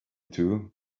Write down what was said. two